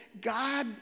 God